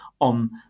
on